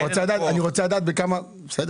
אני בטוח שיש.